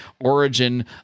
origin